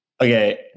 Okay